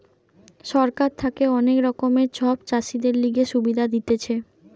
সরকার থাকে অনেক রকমের সব চাষীদের লিগে সুবিধা দিতেছে